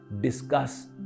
discuss